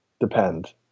depend